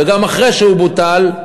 וגם אחרי שהוא בוטל,